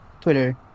twitter